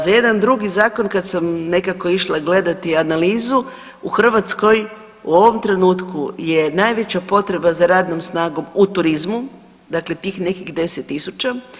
Za jedan drugi zakon, kad sam nekako išla gledati analizu, u Hrvatskoj u ovom trenutku je najveća potreba za radnom snagom u turizmu, dakle tih nekih 10 000.